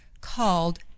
called